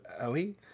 Ellie